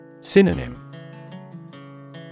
Synonym